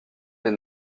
des